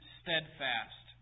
steadfast